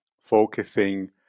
focusing